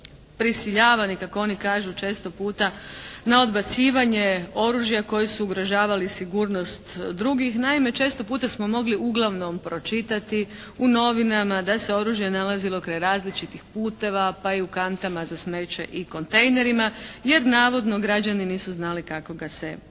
prisiljavani kako oni kažu često puta na odbacivanje oružja kojim su ugrožavali sigurnost drugih. Naime često puta smo mogli uglavnom pročitati u novinama da se oružje nalazilo kraj različitih puteva pa i u kantama za smeće i kontejnerima jer navodno građani nisu znali kako ga se riješiti.